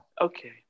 Okay